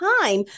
time